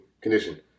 condition